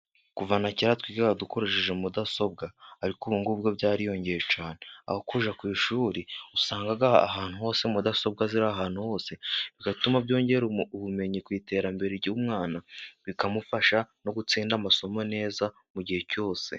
Kuva na kera, twigaga dukoresheje mudasobwa, ariko ubu ngubu bwo byariyongeye cyane, aho kuzajya ku ishuri, usanga aha ahantu hose mudasobwa ziri ahantu hose, bigatuma byongera ubumenyi ku iterambere ry'umwana, bikamufasha no gutsinda amasomo neza mu gihe cyose.